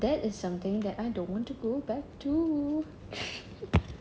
that is something I don't want to go back to